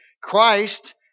Christ